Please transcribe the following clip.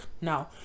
now